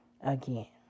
again